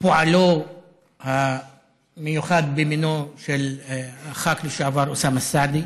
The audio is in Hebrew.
פועלו המיוחד במינו של הח"כ לשעבר אוסאמה סעדי,